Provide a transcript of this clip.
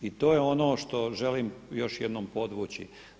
I to je ono što želim još jednom podvući.